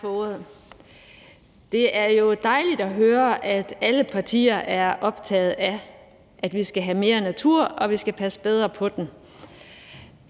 Det er jo dejligt at høre, at alle partier er optaget af, at vi skal have mere natur, og at vi skal passe bedre på den.